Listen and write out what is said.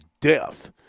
death